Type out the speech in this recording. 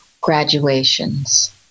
graduations